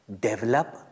develop